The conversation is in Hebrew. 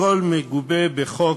הכול מגובה בחוק,